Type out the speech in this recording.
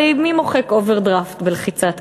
הרי מי מוחק אוברדרפט בלחיצת כפתור?